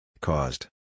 Caused